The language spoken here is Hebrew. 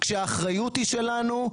כשהאחריות היא שלנו,